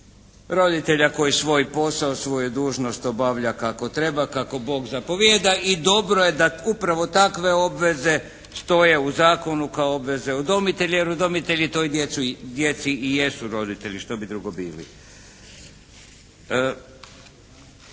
Roditelja koji svoj posao, svoju dužnost obavlja kako treba, kako Bog zapovijeda i dobro je da upravo takve obveze stoje u zakonu kao obveze udomitelja, jer udomitelji toj djeci i jesu roditelji, što bi drugo bili?